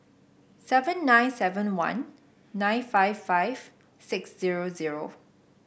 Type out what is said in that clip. seven nine seven one nine five five six zero zero